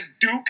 Duke